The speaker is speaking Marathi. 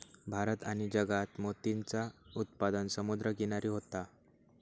भारत आणि जगात मोतीचा उत्पादन समुद्र किनारी होता